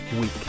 week